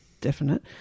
definite